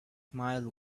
smile